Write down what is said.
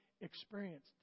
experienced